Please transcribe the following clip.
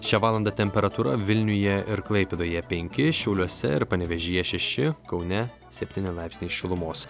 šią valandą temperatūra vilniuje ir klaipėdoje penki šiauliuose ir panevėžyje šeši kaune septyni laipsniai šilumos